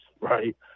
right